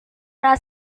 arah